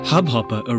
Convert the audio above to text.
Hubhopper